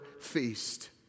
feast